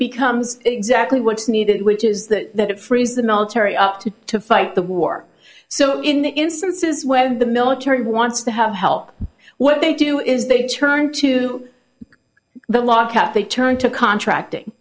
becomes exactly what's needed which is that it frees the military up to to fight the war so in the instances when the military wants to have help what they do is they turn to the lockout they turn to contracting